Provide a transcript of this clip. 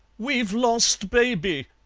we've lost baby,